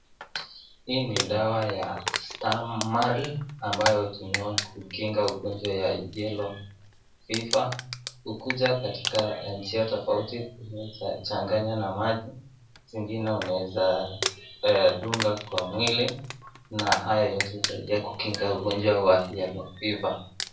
Hii ni dawa ya tamaa ambayo hutumiwa kukinga ugojwa wa yellow fevour . Hukuja katika njia tofauti . inaweza changanywa na maji zingine unaweza dunga kwa mwili na hayo yote husaidia kukinga ugojwa wa yellow fever